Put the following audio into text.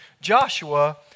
Joshua